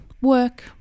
work